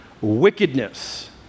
wickedness